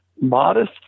modest